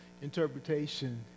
interpretation